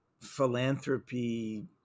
philanthropy